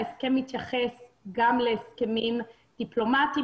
ההסכם מתייחס גם להסכמים דיפלומטיים,